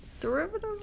Derivative